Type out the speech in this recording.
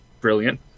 Brilliant